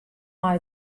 mei